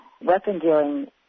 weapon-dealing